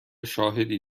شاهدی